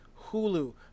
Hulu